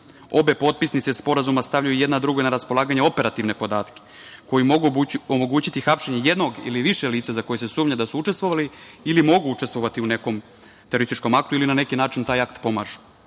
potpisnice sporazuma stavljaju jedna drugoj na raspolaganje operativne podatke koji mogu omogućiti hapšenje jednog ili više lica za koje se sumnja da su učestvovali ili mogu učestovati u nekom terorističkom aktu ili na neki način taj akt pomažu. Obe